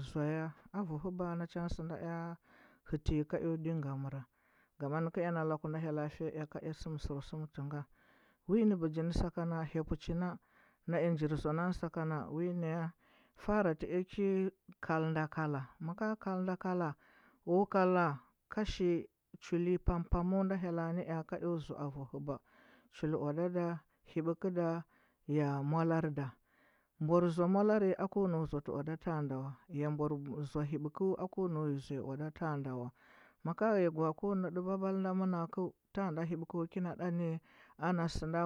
Zoa ya avu hɚba na cha ngɚ sɚ nda ea hɚti ka eo ɗinga mɚra ngama nɚkɚ ea na laku na hye ll fiya ea sɚm sum ti nga wi nɚ bɚgi sakana hya puchi na na ea njir zoa nanɚ sakana wi naya fara tɚ ea ki kal nda kala ma ka kal nda kala o kala ka shi choli da pam pamu nda hydla nɚ ea ka ea zoa avu hɚba chu owada da, hɚbɚkɚu da ya molarɚ da mbor ȝoa molarɚ ako nau zaati owada tangnda wa ya mbor zoa hɚbɚkɚu akɚu nau zoa owada tangnda wa maka ghea gwa ko nɚ ɗɚa babal na anakɚu tang nda hɚbɚkɚu kina ɗa nɚ ana sɚna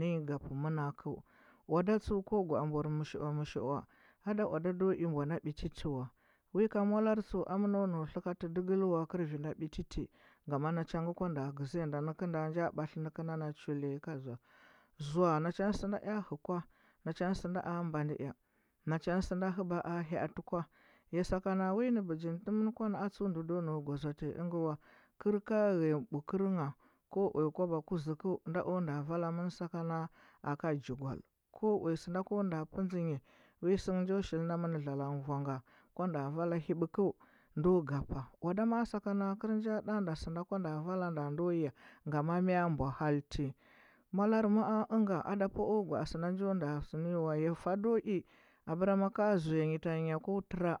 ny gapɚ manakɚu owada tsuɚ ko gwa’a mbwar mishua mishua ada owada ndo i mbwa nda beti tɚ wa wi ka molarɚ tsuɚ amɚno nau tlaka tɚ digil wa kɚl vi na biti tɚ ga ma na cha ngɚ kwa nda gȝiya nda nɚkɚnda anɗa batli nɚ kɚu nda na chuli ka ȝoa zoa na cha ngɚ co hɚ kwa na cho ngɚ sɚ nda a banɗi ea na cha ngɚ sɚ hɚba a ha’ati kula ya sakana wi nɚ bɚgi nɚ tɚmɚn kwa na a tsuɚ ndu ndo nau go zoa tai ɚngɚula kɚr ka hghɚa ɓu kɚr ngha ko uya kwaba ku kɚu nda o nda vala ngha aka njugwal ko sɚno ko nda pɚ dȝɚ nyi wi ngɚ njo shilna mɚna dlolang vwa nga kwa nda vala hɚbɚkɚu ndo gapa owada ma’a kɚl nja nda. a nda sɚ ndu kwa nda vala nda ndo ya ngama miɚ mbwo halti molarɚ a’o ɚnga ada pa. a gwa’a sɚ na njo nda sɚ nɚ nyi wa ya fa ndo i bɚra ma ka zoa ny tanyi ya ko tɚra.